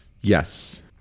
Yes